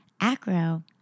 Acro